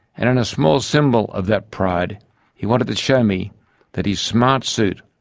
and in a small symbol of that pride he wanted to show me that his smart suit,